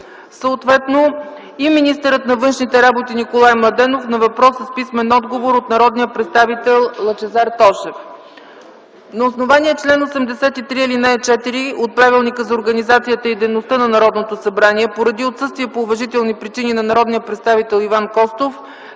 Курумбашев. Министърът на външните работи Николай Младенов на въпрос и писмен отговор от народния представител Лъчезар Тошев. На основание чл. 83, ал. 4 от Правилника за организацията и дейността на Народното събрание поради отсъствие по уважителни причини на народния представител Иван Костов